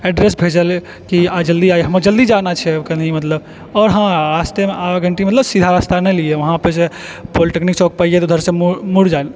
address भेजलियै कि अहाँ जल्दी अइयै हमरा जल्दी जाना छै कनि मतलब आओर हँ रास्ते मे आगन्ते मतलब सीधा रास्ता नहि लिअ वहाँ पर सऽ पॉलिटेक्निक चौक पर अइयै तऽ उधर सऽ मुड़ि जाएब